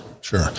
sure